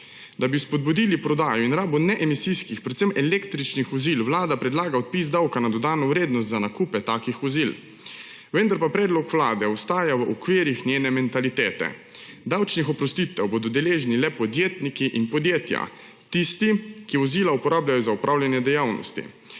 Da bi spodbudili prodajo in rabo neemisijskih, predvsem električnih vozil, Vlada predlaga odpis davka na dodano vrednost za nakupe takih vozil, vendar pa predlog Vlade ostaja v okvirih njene mentalitete. Davčnih oprostitev bodo deležni le podjetniki in podjetja; tisti, ki vozila uporabljajo za opravljanje dejavnosti.